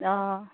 অঁ